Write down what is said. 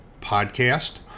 Podcast